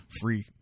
free